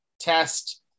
Test